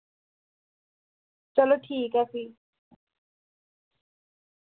चलो ठीक ऐ फ्ही